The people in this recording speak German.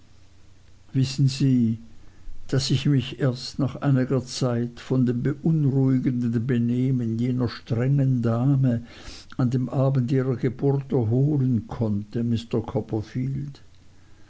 wissen sie daß ich mich erst nach einiger zeit von dem beunruhigenden benehmen jener strengen dame an dem abend ihrer geburt erholen konnte mr copperfield